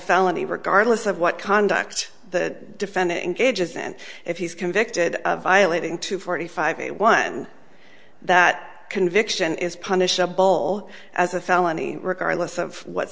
felony regardless of what conduct the defendant engages in if he's convicted of violating two forty five a one that conviction is punish a bowl as a felony regardless of what